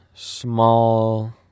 small